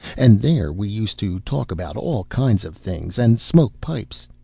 and there we used to talk about all kinds of things, and smoke pipes.